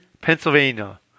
Pennsylvania